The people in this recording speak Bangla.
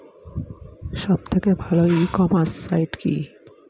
সব থেকে ভালো ই কমার্সে সাইট কী?